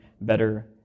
better